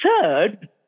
third